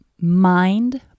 mind